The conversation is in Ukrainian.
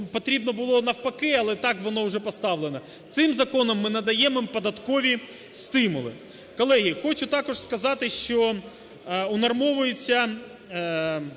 Потрібно було навпаки, але так воно вже поставлено. Цим законом ми надаємо їм податкові стимули. Колеги, хочу також сказати, що унормовується,